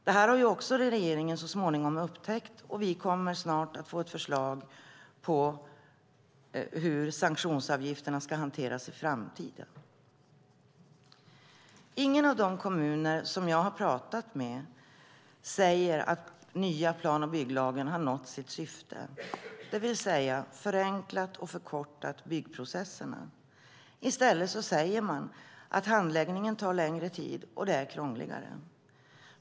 Detta har regeringen så småningom upptäckt, och vi kommer snart att få ett nytt förslag om hur sanktionsavgifterna ska hanteras i framtiden. Ingen av de kommuner jag har pratat med säger att nya plan och bygglagen har nått sitt syfte, det vill säga förenklat och förkortat byggprocesserna. I stället tar handläggningen längre tid, och den är krångligare.